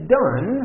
done